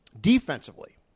defensively